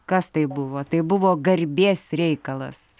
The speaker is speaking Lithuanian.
kas tai buvo tai buvo garbės reikalas